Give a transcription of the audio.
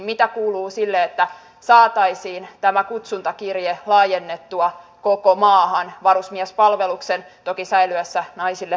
mitä kuuluu sille että saataisiin tämä kutsuntakirje laajennettua koko maahan varusmiespalveluksen toki säilyessä naisille vapaaehtoisena